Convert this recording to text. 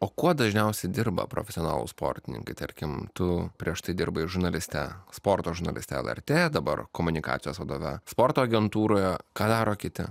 o kuo dažniausiai dirba profesionalūs sportininkai tarkim tu prieš tai dirbai žurnaliste sporto žurnaliste lrt dabar komunikacijos vadove sporto agentūroje ką daro kiti